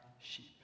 sheep